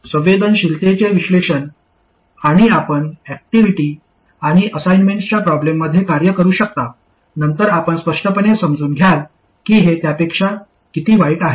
संवेदनशीलतेचे विश्लेषण आणि आपण ऍक्टिव्हिटी आणि असाइनमेंटच्या प्रॉब्लेममध्ये कार्य करू शकता नंतर आपण स्पष्टपणे समजून घ्याल की हे त्यापेक्षा किती वाईट आहे